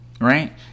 right